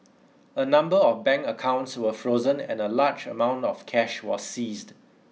a number of bank accounts were frozen and a large amount of cash was seized